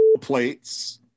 plates